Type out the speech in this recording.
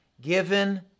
given